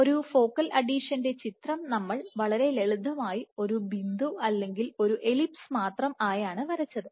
ഒരു ഫോക്കൽ അഡീഷനിൻറെ ചിത്രം നമ്മൾ വളരെ ലളിതമായി ഒരു ബിന്ദു അല്ലെങ്കിൽ ഒരു എലിപ്സ് മാത്രം ആയാണ് വരച്ചത്